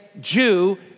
Jew